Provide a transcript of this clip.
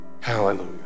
Hallelujah